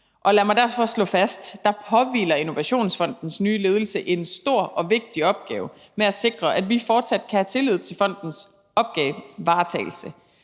Og lad mig derfor slå fast: Der påhviler Innovationsfondens nye ledelse en stor og vigtig opgave med at sikre, at vi fortsat kan have tillid til fondens opgavevaretagelse.